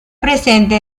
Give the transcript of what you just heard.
presente